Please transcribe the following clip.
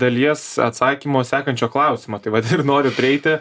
dalies atsakymo sekančio klausimo tai vat ir noriu prieiti